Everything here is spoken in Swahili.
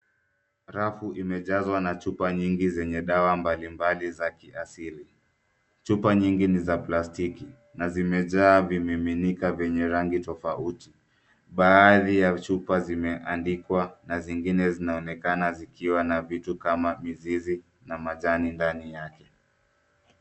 Rafu imejaa na chupa nyingi zenye dawa mbalimbali za kiasili. Chupa nyingi ni za plastiki na zimejaa vimiminika vyenye rangi tofauti. Baadhi ya chupa zimeandikwa na zingine zinaonekana zikiwa na vitu kama mizizi na majani ndani yake.